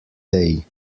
day